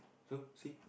so see